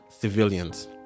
civilians